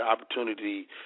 opportunity